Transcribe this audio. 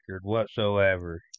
whatsoever